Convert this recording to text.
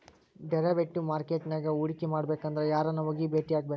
Derivative market ನ್ಯಾಗ್ ಹೂಡ್ಕಿಮಾಡ್ಬೆಕಂದ್ರ ಯಾರನ್ನ ಹೊಗಿ ಬೆಟ್ಟಿಯಾಗ್ಬೇಕ್?